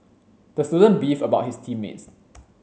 the student beefed about his team mates